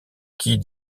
qui